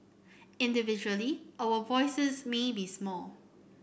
individually our voices may be small